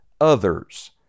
others